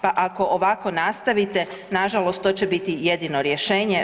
Pa ako ovako nastavite nažalost to će biti jedino rješenje.